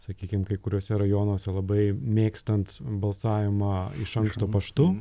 sakykim kai kuriuose rajonuose labai mėgstant balsavimą iš anksto paštu